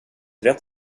rätt